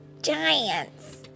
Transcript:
Giants